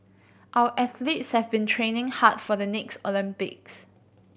our athletes have been training hard for the next Olympics